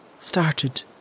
started